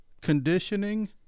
conditioning